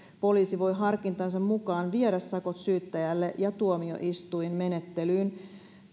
poliisi voi harkintansa mukaan viedä sakot syyttäjälle ja tuomioistuinmenettelyyn